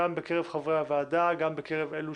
גם בקרב חברי הוועדה, גם בקרב אלו